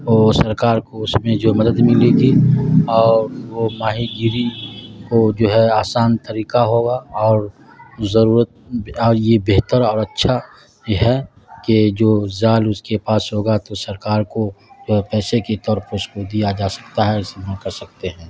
وہ سرکار کو اس میں جو مدد ملیے تھی اور وہ ماہی گیری کو جو ہے آسان طریقہ ہوگا اور ضرورت اور یہ بہتر اور اچھا ہے کہ جو مال اس کے پاس ہوگا تو سرکار کو جو ہے پیسے کے طور پر اس کو دیا جا سکتا ہے استعمال کر سکتے ہیں